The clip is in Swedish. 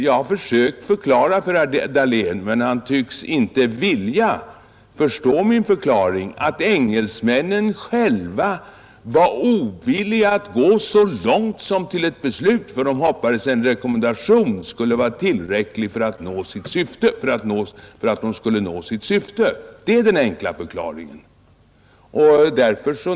Jag har försökt förklara för herr Dahlén, men han tycks inte vilja förstå min förklaring, att engelsmännen själva var ovilliga att gå så långt som till ett beslut; de hoppades att en rekommendation skulle vara tillräcklig för att de skulle nå sitt syfte. Det är den enkla förklaringen.